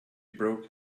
broke